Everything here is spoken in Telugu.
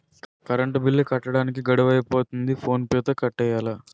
కరంటు బిల్లు కట్టడానికి గడువు అయిపోతంది ఫోన్ పే తో కట్టియ్యాల